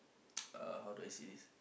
how do I say this